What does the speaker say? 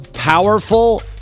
Powerful